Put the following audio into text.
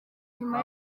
nyuma